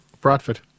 Bradford